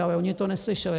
Ale oni to neslyšeli.